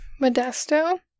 Modesto